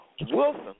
Wilson